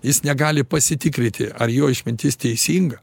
jis negali pasitikrinti ar jo išmintis teisinga